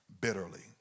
bitterly